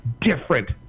different